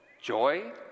joy